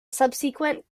subsequent